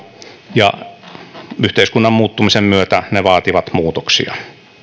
ja yhteiskunnan muuttumisen myötä ne vaativat muutoksia